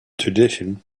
tradition